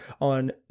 on